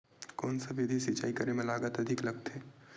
कोन सा विधि म सिंचाई करे म लागत अधिक लगथे?